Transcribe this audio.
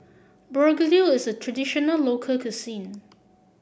begedil is a traditional local cuisine